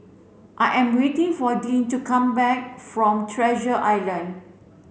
I am waiting for Dean to come back from Treasure Island